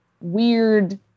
weird